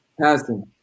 passing